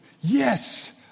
Yes